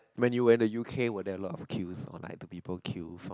when you were in the U_K were there a lot of queue or like do people queue for